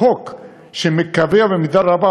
חוק שמקבע במידה רבה,